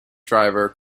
driver